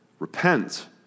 Repent